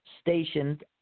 stationed